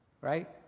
right